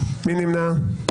מי נמנע?